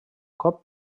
cop